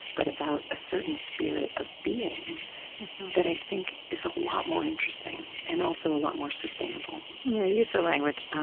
but about a certain spirit of being that, i think, is a lot more interesting, and also, a lot more sustainable you use the language,